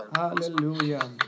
Hallelujah